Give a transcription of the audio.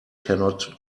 cannot